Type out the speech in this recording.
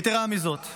יתרה מזו,